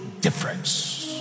difference